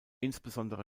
insbesondere